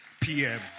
PM